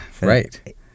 right